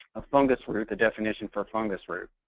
a fungus root, the definition for fungus root.